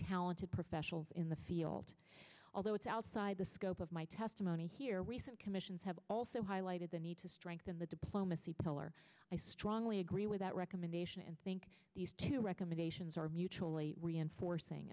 talented professionals in the field although it's outside the scope of my testimony here recent commissions have also highlighted the need to in the diplomacy pillar i strongly agree with that recommendation and think these two recommendations are mutually reinforcing